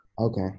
Okay